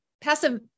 passive